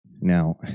Now